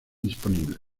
disponibles